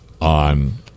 on